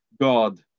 God